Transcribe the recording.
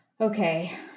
Okay